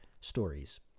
stories